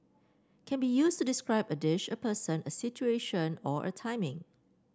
can be used to describe a dish a person a situation or a timing